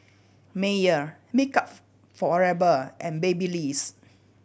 Mayer Makeup Forever and Babyliss